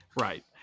Right